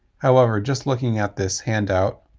however, just looking at this handout,